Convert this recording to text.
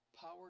power